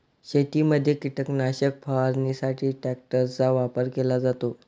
शेतीमध्ये कीटकनाशक फवारणीसाठी ट्रॅक्टरचा वापर केला जातो